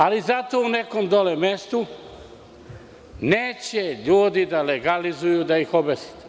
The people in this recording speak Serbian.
Ali, zato u nekom dole mestu, neće ljudi da legalizuju da ih obesite.